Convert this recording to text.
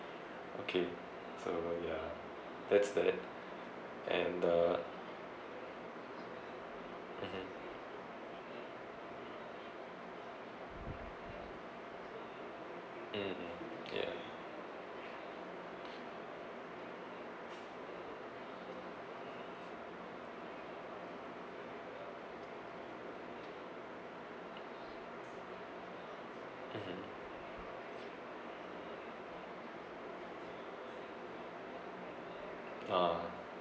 okay so ya that's that and uh mmhmm mm mm ya mmhmm ah